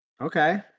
Okay